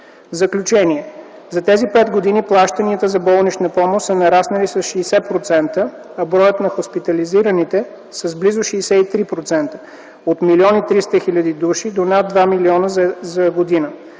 Заключение. За тези пет години плащанията за болнична помощ са нараснали с 60%, а броят на хоспитализираните – с близо 63% - от 1 300 000 души до над 2 милиона за година.